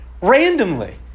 Randomly